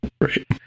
Right